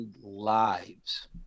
lives